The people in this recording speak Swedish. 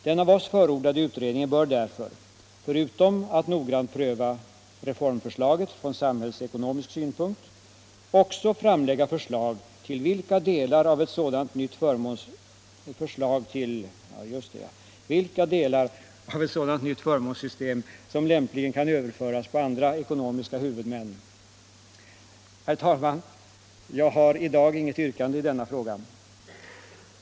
Den av oss förordade utredningen bör därför — förutom att noggrant pröva reformförslaget från samhällsekonomisk synpunkt — också framlägga förslag till vilka delar av ett sådant nytt förmånssystem som lämpligen kan överföras på andra ekonomiska huvudmän. Herr talman! Jag har i dag inget yrkande i denna fråga.